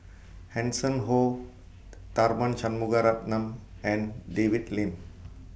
Hanson Ho Tharman Shanmugaratnam and David Lim